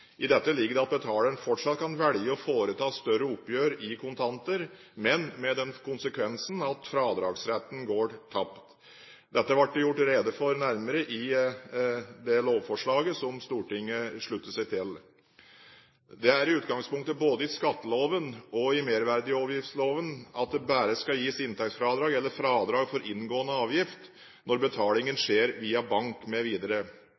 I dette ligger det at betaleren fortsatt kan velge å foreta større oppgjør i kontanter, men med den konsekvens at fradragsretten går tapt. Dette ble det redegjort nærmere for i det lovforslaget som Stortinget sluttet seg til. Det er utgangspunktet både i skatteloven og i merverdiavgiftsloven at det bare skal gis inntektsfradrag eller fradrag for inngående avgift når betalingen